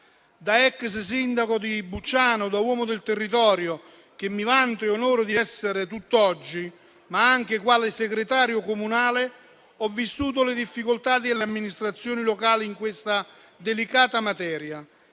Da ex sindaco di Bucciano, da uomo del territorio che mi vanto e onoro di essere tutt'oggi, ma anche quale segretario comunale, ho vissuto le difficoltà delle amministrazioni locali in questa delicata materia